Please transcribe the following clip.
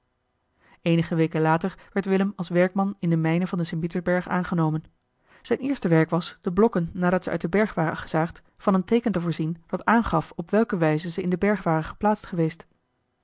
eenige weken later werd willem als werkman in de mijnen van den st pietersberg aangenomen zijn eerste werk was de blokken nadat ze uit den berg waren gezaagd van een teeken te voorzien dat aangaf op welke wijze ze in den berg waren geplaatst geweest